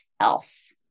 else